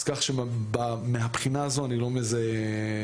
אז כך שמהבחינה הזו אני לא מזהה חסמים,